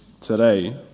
today